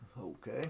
Okay